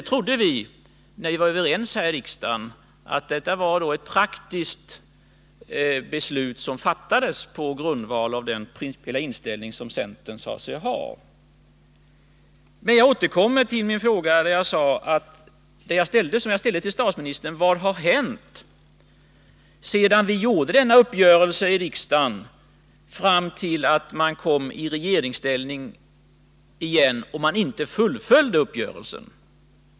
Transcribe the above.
När vi var överens här i riksdagen trodde vi att detta var ett praktiskt beslut som fattades på grundval av den principiella inställning som centern sade sig ha. Det här rimmar litet illa med det. Jag återkommer till den fråga jag ställde till statsministern: Vad har hänt efter det att vi träffade denna uppgörelse i riksdagen och fram till dess centern kom i regeringsställning igen, eftersom man inte fullföljde uppgörelsen?